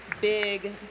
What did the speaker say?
big